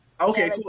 Okay